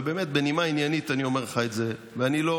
ובאמת בנימה עניינית, אני אומר לך את זה, ואני לא